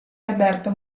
alberto